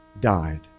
died